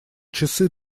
часы